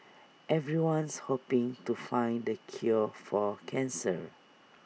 everyone's hoping to find the cure for cancer